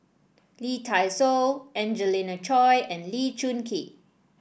Lee Dai Soh Angelina Choy and Lee Choon Kee